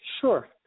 Sure